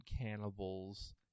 cannibals